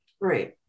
Right